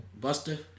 Buster